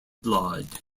blood